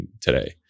today